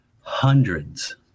hundreds